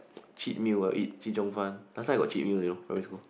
cheat meal I'll eat chee-cheong-fun last time I got cheat meal you know primary school